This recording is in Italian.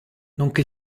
nonché